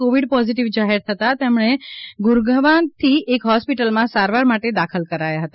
Covid positive જાહેર થતાં તેમણે ગુરગાંવની એક હ્રોસ્પીટલમાં સારવાર માટે દાખલ કરાયા હતા